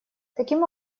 таким